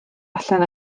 allan